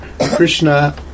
Krishna